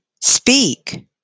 speak